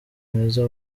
mwiza